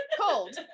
Cold